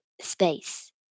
space